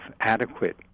adequate